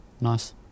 Nice